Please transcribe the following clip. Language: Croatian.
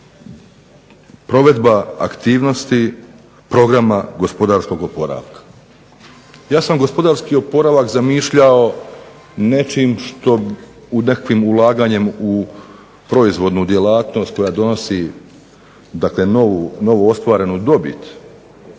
provedba aktivnosti Programa gospodarskog oporavka. Ja sam gospodarski oporavak zamišljao nečim što, nekakvim ulaganjem u proizvodnu djelatnost koja donosi novo ostvarenu dobit.